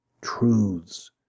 truths